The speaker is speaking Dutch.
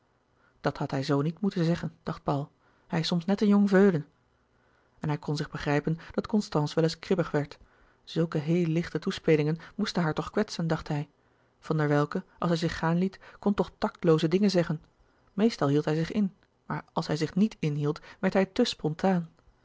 dat had hij zoo niet moeten zeggen dacht paul hij is soms net een jong veulen en hij kon zich begrijpen dat constance wel eens kribbig werd zulke heel lichte toespelingen moesten haar toch kwetsen dacht hij van der welcke als hij zich gaan liet kon toch tactlooze dingen zeggen meestal hield hij zich in maar als hij zich niet inhield werd hij te spontaan